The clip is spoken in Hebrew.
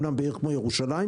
אמנם בעיר כמו ירושלים,